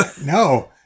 No